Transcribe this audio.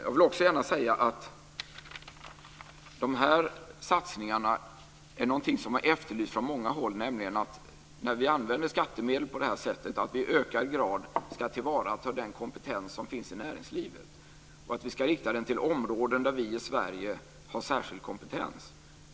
Jag vill också gärna säga att de här satsningarna är någonting som har efterlysts från många håll, nämligen att vi när vi använder skattemedel på det här sättet ska i ökad grad tillvarata den kompetens som finns i näringslivet och rikta den till områden där vi i Sverige har särskild kompetens.